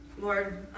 Lord